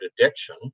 addiction